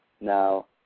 Now